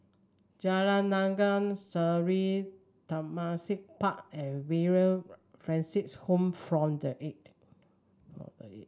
Jalan Naga Sari Tembusu Park and Villa Francis Home form the